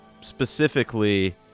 specifically